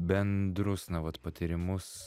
bendrus na vat patyrimus